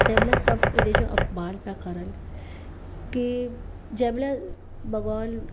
तंहिंमहिल सभु हिन जो अपमानु पिया करनि के जंहिंमहिल भॻवानु